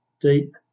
deep